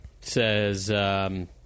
says